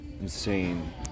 Insane